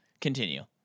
Continue